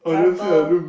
purple